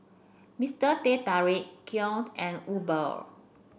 Mister Teh Tarik Kiehl and Uber